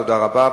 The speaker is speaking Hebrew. תודה רבה.